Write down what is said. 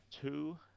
Two